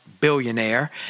billionaire